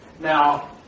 Now